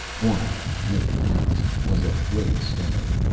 one maybe the house was of grey stone.